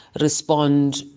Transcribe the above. respond